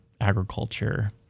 agriculture